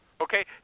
Okay